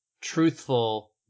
truthful